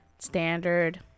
standard